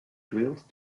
drilled